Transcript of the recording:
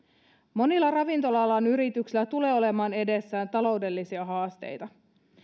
monilla ravintola alan yrityksillä tulee olemaan edessään taloudellisia haasteita